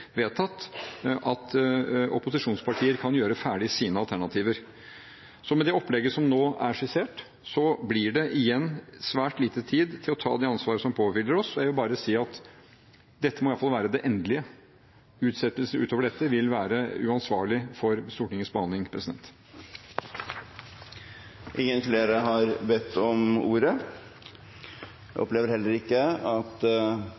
vedtatt, at opposisjonspartier kan gjøre ferdig sine alternativer. Med det opplegget som nå er skissert, blir det igjen svært lite tid til å ta det ansvaret som påhviler oss. Jeg vil bare si at dette må iallfall være det endelige. Utsettelse utover dette vil være uansvarlig for Stortingets behandling. Flere har ikke bedt om ordet. Presidenten opplever heller ikke at